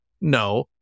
No